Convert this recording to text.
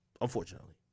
Unfortunately